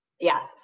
Yes